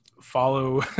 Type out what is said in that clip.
follow